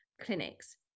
clinics